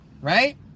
Right